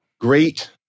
great